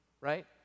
right